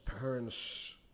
parents